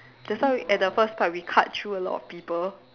that's why at the first part we cut through a lot of people